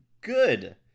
good